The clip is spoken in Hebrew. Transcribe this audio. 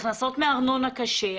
הכנסות מארנונה, קשה.